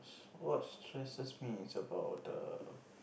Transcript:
what stresses me is about the